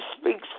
speaks